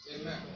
Amen